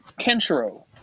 Kenshiro